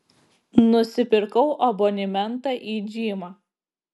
nusipirkau abonimentą į džymą